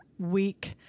Week